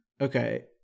okay